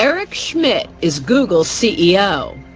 um schmidt is google's ceo.